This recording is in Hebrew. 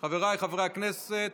חבריי חברי הכנסת,